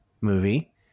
movie